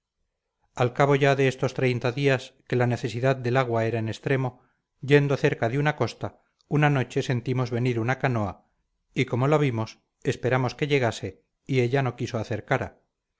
al cabo ya de estos treinta días que la necesidad del agua era en extremo yendo cerca de la costa una noche sentimos venir una canoa y como la vimos esperamos que llegase y ella no quiso